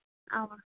اَوا